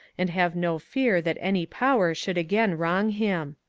and have no fear that any power should again wrong him.